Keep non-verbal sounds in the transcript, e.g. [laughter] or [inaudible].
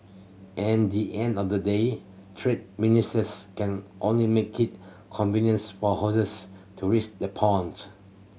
at the end of the day trade ministers can only make it convenience for horses to [unintelligible] the ponds